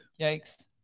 Yikes